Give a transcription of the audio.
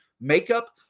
makeup